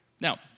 Now